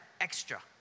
extra